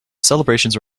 celebrations